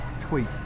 tweet